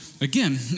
again